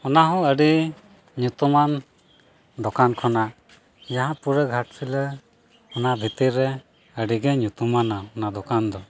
ᱚᱱᱟᱦᱚᱸ ᱟᱹᱰᱤ ᱧᱩᱛᱩᱢᱟᱱ ᱫᱚᱠᱟᱱ ᱠᱷᱚᱱᱟᱜ ᱡᱟᱦᱟᱸ ᱯᱩᱨᱟᱹ ᱜᱷᱟᱴᱥᱤᱞᱟᱹ ᱚᱱᱟ ᱵᱷᱤᱛᱤᱨ ᱨᱮ ᱟᱹᱰᱤᱜᱮ ᱧᱩᱛᱩᱢᱟᱱᱟ ᱚᱱᱟ ᱫᱚᱠᱟᱱ ᱫᱚ